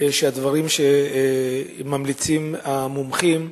שהדברים שממליצים המומחים,